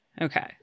Okay